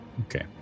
Okay